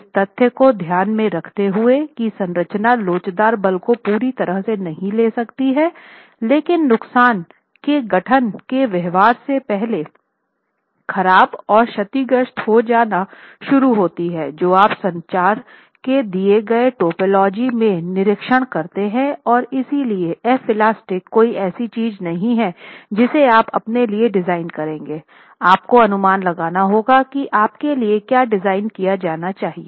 इस तथ्य को ध्यान में रखते हुए की संरचना लोचदार बल को पूरी तरह से नहीं ले सकती है लेकिन नुकसान के गठन के व्यवहार से पहले ख़राब और क्षतिग्रस्त हो जाना शुरू होती है जो आप संरचना के दिए गए टोपोलॉजी में निरीक्षण करते हैं और इसलिए F इलास्टिक कोई ऐसी चीज नहीं है जिसे आप अपने लिए डिजाइन करेंगे आपको अनुमान लगाना होगा कि आप के लिए क्या डिजाइन किया जाना चाहिए